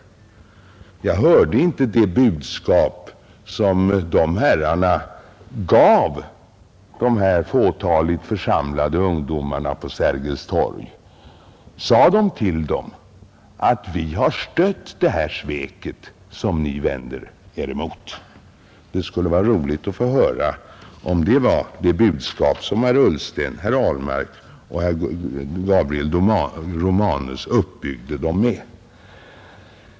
Jag hörde inte det budskap som dessa herrar gav de fåtaligt församlade ungdomarna på Sergels torg. Sade de till dem att vi har deltagit i det här sveket som ni vänder er emot? Det skulle vara roligt att få höra om detta var det budskap som herr Ullsten, herr Ahlmark och herr Gabriel Romanus uppbyggde dem med.